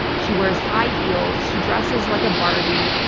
she wears high heels. she dresses like a barbie.